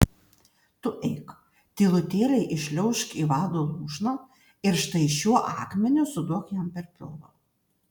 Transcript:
tu eik tylutėliai įšliaužk į vado lūšną ir štai šiuo akmeniu suduok jam per pilvą